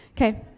Okay